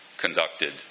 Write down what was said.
conducted